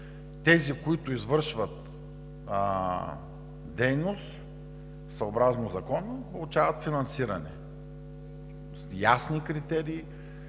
Тези, които извършват дейност, съобразно Закона получават финансиране – ясни критерии,